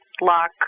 lock